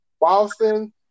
Boston